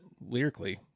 lyrically